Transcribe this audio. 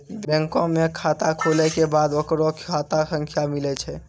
बैंको मे खाता खुलै के बाद ओकरो खाता संख्या मिलै छै